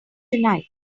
tonight